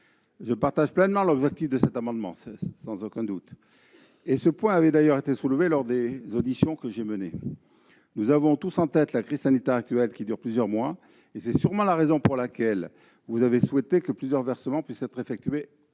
Je partage pleinement l'objectif de cet amendement, sans aucun doute. Ce point avait d'ailleurs été soulevé lors des auditions que j'ai menées. Nous avons tous en tête la crise sanitaire actuelle, qui s'étale sur plusieurs mois, et c'est sûrement la raison pour laquelle vous avez souhaité que plusieurs versements puissent être effectués à l'entreprise.